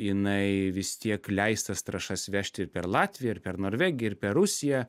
jinai vis tiek leis tas trąšas vežt ir per latviją ir per norvegiją ir per rusiją